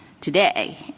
today